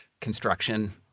construction